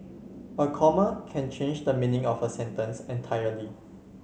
a comma can change the meaning of a sentence entirely